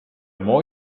more